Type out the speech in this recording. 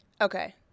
Okay